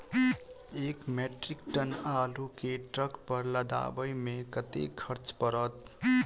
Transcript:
एक metric ton आलु केँ ट्रक पर लदाबै मे कतेक खर्च पड़त?